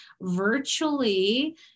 virtually